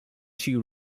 two